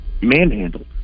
manhandled